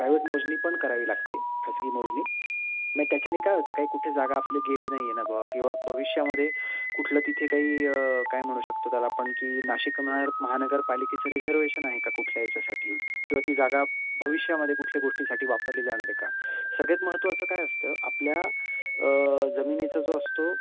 private मोजणी पण करावी लागते खाजगी मोजणी मग त्याच्यानी काय होतं काही कुठे जागा आपले गेली नाही आहे ना बुवा किंवा भविष्यामध्ये कुठलं तिथे काही काय म्हणू शकतो त्याला आपण की नाशिक नगर महानगरपालिकेचं रिझर्वेशन आहे का कुठल्या याच्यासाठी किंवा ती जागा भविष्यामध्ये कुठल्या गोष्टीसाठी वापरली जाणार आहे का सगळ्यात महत्त्वाचं काय असतं आपल्या जमिनीचा जो असतो